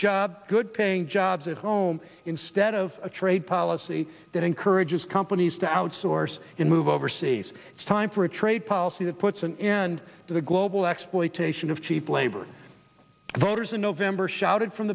job good paying jobs at home instead of a trade policy that encourages companies to outsource in move overseas it's time for a trade policy that puts an end to the global exploitation of cheap labor voters in november shouted from